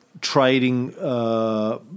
trading